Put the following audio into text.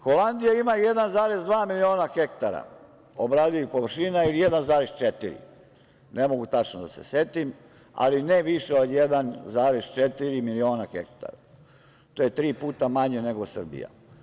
Holandija ima 1,2 miliona hektara obradivih površina ili 1,4, ne mogu tačno da se setim, ali ne više od 1,4 miliona hektara, to je tri puta manje nego Srbija.